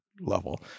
level